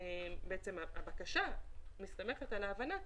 בעצם הבקשה מסתמכת על ההבנה,